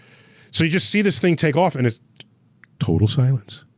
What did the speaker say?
so you just see this thing take off and it's total silence.